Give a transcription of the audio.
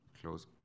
close